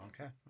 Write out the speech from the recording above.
Okay